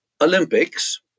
Olympics